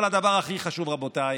אבל הדבר הכי חשוב, רבותיי,